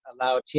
allow